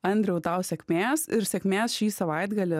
andriau tau sėkmės ir sėkmės šį savaitgalį